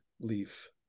leaf